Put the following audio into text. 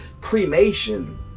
cremation